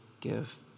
give